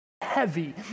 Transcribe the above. heavy